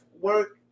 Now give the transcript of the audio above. work